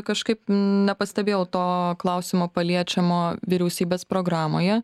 kažkaip nepastebėjau to klausimo paliečiamo vyriausybės programoje